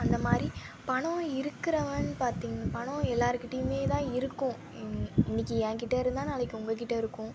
அந்த மாதிரி பணம் இருக்கிறவன் பார்த்தீங் பணம் எல்லாருக்கிட்டையுமே தான் இருக்கும் இன்னிக்கு எங்கிட்ட இருந்தால் நாளைக்கு உங்கள்கிட்ட இருக்கும்